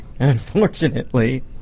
unfortunately